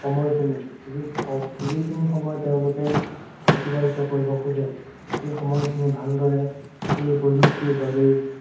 সময়খিনি যি যিখিনি সময় তেওঁলোকে অতিবাহিত কৰিব খোজে সেই সময়খিনি ভালদৰে এই প্ৰযুক্তিৰ বাবেই